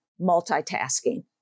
multitasking